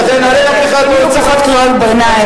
אבל אם יהיו פחות קריאות ביניים,